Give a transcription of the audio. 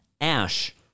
Ash